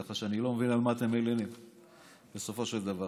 ככה שאני לא מבין על מה אתם מלינים בסופו של דבר.